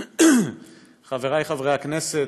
חברי חברי הכנסת,